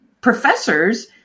professors